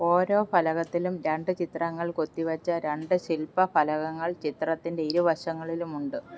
ഓരോ ഫലകത്തിലും രണ്ട് ചിത്രങ്ങൾ കൊത്തിവച്ച രണ്ട് ശിൽപ്പഫലകങ്ങള് ചിത്രത്തിൻ്റെ ഇരുവശങ്ങളിലുമുണ്ട്